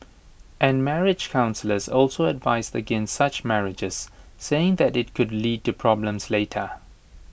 and marriage counsellors also advise against such marriages saying that IT could lead to problems later